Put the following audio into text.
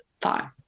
thought